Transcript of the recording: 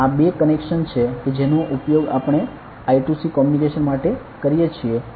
આ બે કનેક્શન છે કે જેનો ઉપયોગ આપણે I2C કોમ્યુનિકેશન માટે કરીએ છીએ